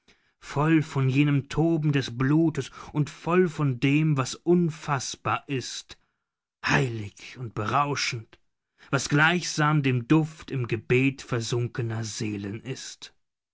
voll von jenem toben des blutes und voll von dem was unfaßbar ist heilig und berauschend was gleichsam der duft im gebet versunkener seelen ist